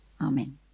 Amen